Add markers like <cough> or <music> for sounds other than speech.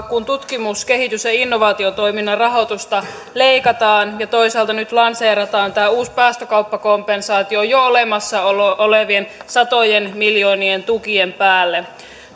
<unintelligible> kun tutkimus kehitys ja innovaatiotoiminnan rahoitusta leikataan ja toisaalta nyt lanseerataan tämä uusi päästökauppakompensaatio jo olemassa olevien satojen miljoonien tukien päälle